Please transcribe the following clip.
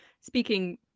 speaking